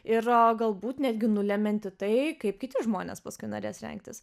ir o galbūt netgi nulemiantį tai kaip kiti žmonės paskui norės rengtis